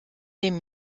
dem